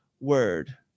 word